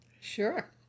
Sure